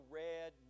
red